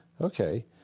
Okay